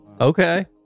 okay